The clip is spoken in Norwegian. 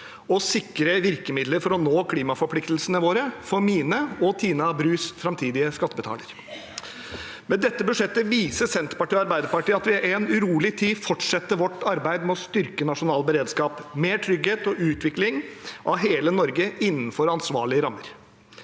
og sikre virkemidler for å nå klimaforpliktelsene våre – for mine og Tina Brus framtidige skattebetalere. Med dette budsjettet viser Senterpartiet og Arbeiderpartiet at vi i en urolig tid fortsetter vårt arbeid med å styrke nasjonal beredskap – mer trygghet og utvikling av hele Norge innenfor ansvarlige rammer.